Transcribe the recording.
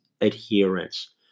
adherence